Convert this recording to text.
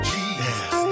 Jesus